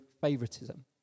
favoritism